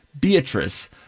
Beatrice